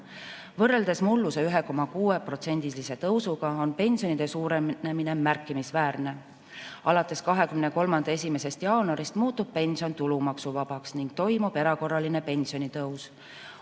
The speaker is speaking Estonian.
Võrreldes mulluse 1,6%-lise tõusuga on pensionide suurenemine märkimisväärne. Alates 2023. aasta 1. jaanuarist muutub pension tulumaksuvabaks ning toimub erakorraline pensionitõus.